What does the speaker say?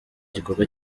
gikorwa